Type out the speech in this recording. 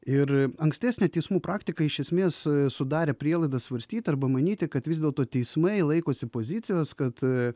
ir ankstesnė teismų praktika iš esmės sudarė prielaidą svarstyt arba manyti kad vis dėl to teismai laikosi pozicijos kad